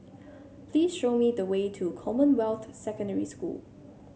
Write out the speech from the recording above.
please show me the way to Commonwealth Secondary School